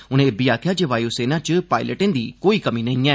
उनें इब्बी आखेआ जे वायु सेना च पायलटें दी कोई कमी नेई ऐ